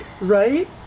Right